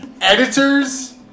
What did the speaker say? Editors